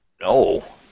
No